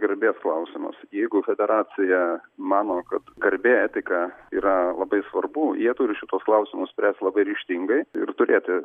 garbės klausimas jeigu federacija mano kad garbė etika yra labai svarbu jie turi šituos klausimus spręst labai ryžtingai ir turėtų